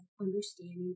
understanding